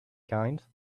kind